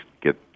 get